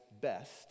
best